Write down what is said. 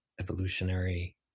evolutionary